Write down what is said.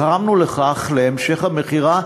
גרמנו להמשך המכירה,